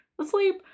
asleep